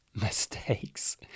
mistakes